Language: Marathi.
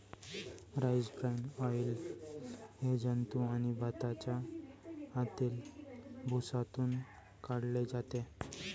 राईस ब्रान ऑइल हे जंतू आणि भाताच्या आतील भुसातून काढले जाते